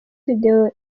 video